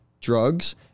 drugs